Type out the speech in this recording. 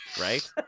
right